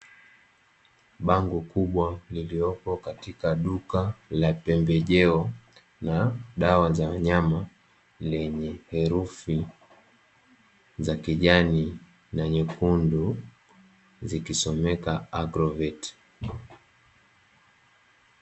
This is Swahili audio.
Bango kubwa liliopo katika duka la pembejeo na dawa za wanyama lenye herufi zakijani na nyekundu, zikisomeka "Agrovet".